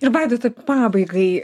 ir vaidotai pabaigai